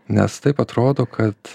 nes taip atrodo kad